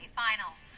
finals